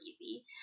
easy